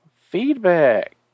feedback